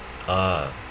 ah